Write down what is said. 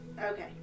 Okay